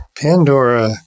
Pandora